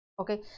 Okay